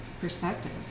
perspective